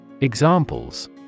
Examples